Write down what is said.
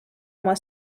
oma